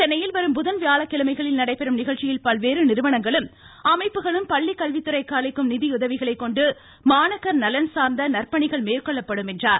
சென்னையில் வரும் புதன் வியாழக்கிழமைகளில் நடைபெறும் நிகழ்ச்சியில் பல்வேறு நிறுவனங்களும் அமைப்புகளும் பள்ளி கல்வித்துறைக்கு அளிக்கும் நிதியுதவிகளை கொண்டு மாணாக்கர் நலன் சார்ந்த நற்பணிகள் மேற்கொள்ளப்படும் என்றார்